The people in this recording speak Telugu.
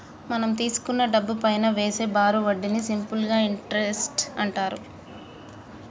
మనం తీసుకున్న డబ్బుపైనా వేసే బారు వడ్డీని సింపుల్ ఇంటరెస్ట్ అంటారు